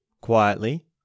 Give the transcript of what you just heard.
quietly